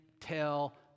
tell